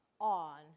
on